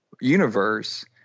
universe